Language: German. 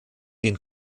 den